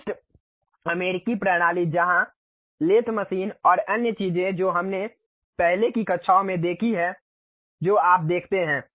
विशिष्ट अमेरिकी प्रणाली जहां लेथ मशीन और अन्य चीजें जो हमने पहले की कक्षाओं में देखी हैं जो आप देखते हैं